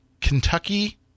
Kentucky